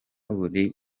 buri